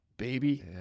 baby